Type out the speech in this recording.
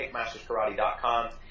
KickmastersKarate.com